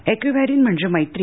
ऐक्यव्हेरिन म्हणजे मैत्री